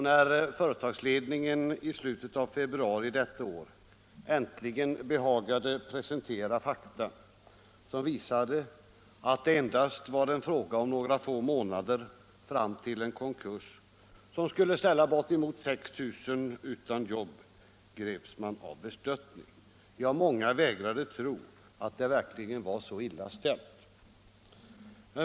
När företagsledningen i slutet av februari i år äntligen behagade presentera fakta som visade att det endast var en fråga om några få månader fram till en konkurs som skulle göra att bortemot 6 000 människor stod utan jobb, greps man av bestörtning. Många vägrade tro att det verkligen var så illa ställt.